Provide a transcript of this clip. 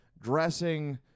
dressing